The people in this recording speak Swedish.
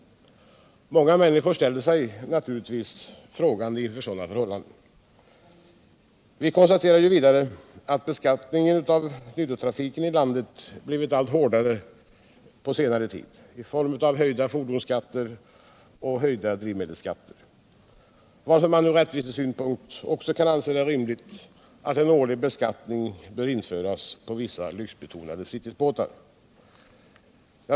Många människor ställer sig naturligtvis frågande inför sådana förhållanden. Vi konstaterar vidare att beskattningen av nyttotrafiken i landet blivit allt hårdare under senare tid i form av höjda fordonsskatter och drivmedelsskatter, varför man ur rättvisesynpunkt kan anse det rimligt att on årlig beskattning införs också på vissa lyxbetonade fritidsbåtar.